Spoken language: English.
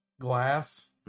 Glass